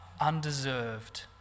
undeserved